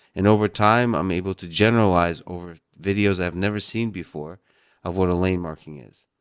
and overtime, i'm able to generalize over videos i've never seen before of what a lane marking is.